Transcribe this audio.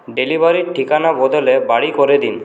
ডেলিভারির ঠিকানা বদলে বাড়ি করে দিন